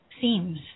themes